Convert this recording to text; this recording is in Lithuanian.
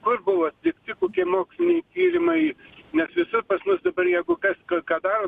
kur buvo atlikti kokie moksliniai tyrimai nes visur pas mus dabar jeigu kas ką daro